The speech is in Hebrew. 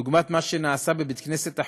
דוגמת מה שנעשה בבית-הכנסת "החורבה".